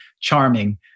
charming